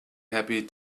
happy